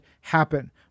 happen